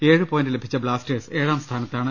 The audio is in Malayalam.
ഏഴു പോയിന്റ് ലഭിച്ച ബ്ലാസ്റ്റേഴ്സ് ഏഴാം സ്ഥാനത്താണ്